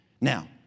Now